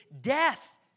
death